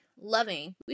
loving